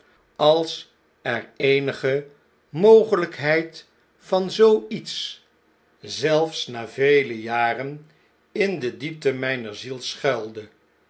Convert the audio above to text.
als er eenige mogelpheid van zoo iets zelf na vele jaren in de diepte mjjner ziel schuilde